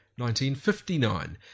1959